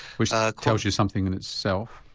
which tells you something in itself.